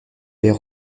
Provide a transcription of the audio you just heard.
baies